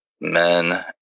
men